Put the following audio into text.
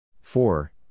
Four